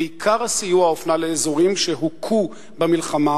ועיקר הסיוע הופנה לאזורים שהוכו במלחמה